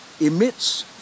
emits